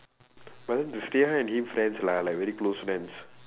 but then and Lynn friends lah like very close friends